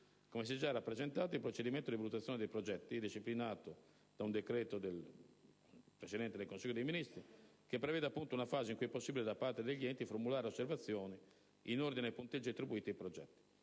Come si è già rappresentato, il procedimento di valutazione dei progetti è disciplinato dal decreto del Presidente del Consiglio dei ministri del 4 novembre 2009, che prevede una fase in cui è possibile da parte degli enti formulare osservazioni in ordine ai punteggi attribuiti ai progetti.